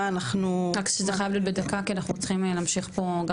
מה אנחנו --- רק שזה חייב להיות בדקה כי אנחנו צריכים להמשיך פה.